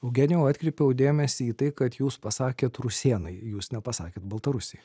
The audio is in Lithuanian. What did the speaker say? eugenijau atkreipiau dėmesį į tai kad jūs pasakėt rusėnai jūs nepasakėt baltarusija